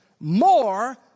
more